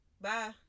Bye